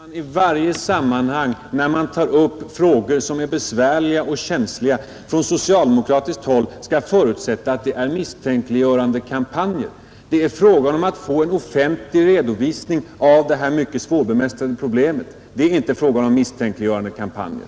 Fru talman! Jag förstår inte att det i varje sammanhang, då frågor tas upp som är besvärliga och känsliga, från socialdemokratiskt håll skall talas om misstänkliggörandekampanjer. Det är fråga om att få en offentlig redovisning av detta mycket svårbemästrade problem. Det är inte fråga om misstänkliggörandekampanjer.